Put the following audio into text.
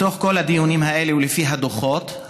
מתוך כל הדיונים האלה ולפי הדוחות,